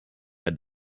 had